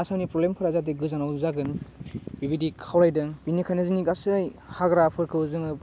आसामनि प्रब्लेमफोरा जाहाथे गोजानाव जागोन बिबायदि खावलायदों बिनिखायनो जोंनि गासै हाग्राफोरखौ जोङो